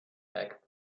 back